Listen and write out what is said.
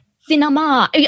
Cinema